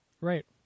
Right